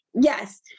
yes